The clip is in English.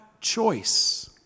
choice